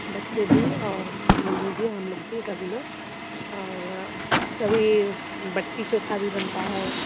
बच्चे भी और मम्मी भी हम लोग भी सभी लोग और कभी बट्टी चोखा भी बनता है